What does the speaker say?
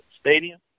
stadium